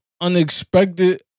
unexpected